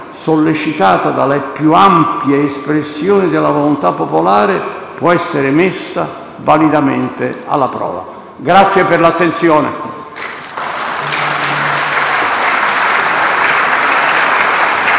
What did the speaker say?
sollecitata dalla più ampia espressione della volontà popolare, può essere messa validamente alla prova. Grazie per l'attenzione.